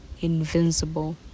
invincible